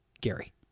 Gary